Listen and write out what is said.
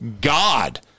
god